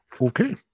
Okay